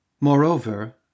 Moreover